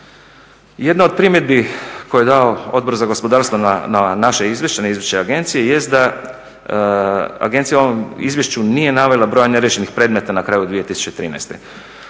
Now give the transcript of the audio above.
Jedna od primjedbi koju je dao Odbor za gospodarstvo na naše izvješće, na izvješće agencije jest da agencija u ovom izvješću nije navela broj neriješenih predmeta na kraju 2013.